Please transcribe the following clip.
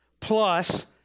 plus